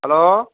hello